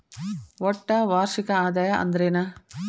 ಒಟ್ಟ ವಾರ್ಷಿಕ ಆದಾಯ ಅಂದ್ರೆನ?